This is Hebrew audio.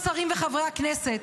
השרים וחברי הכנסת.